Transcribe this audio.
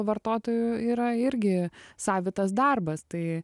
vartotoju yra irgi savitas darbas tai